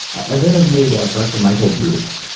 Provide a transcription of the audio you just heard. i've interviewed dr. michael bruce,